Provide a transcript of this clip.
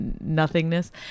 nothingness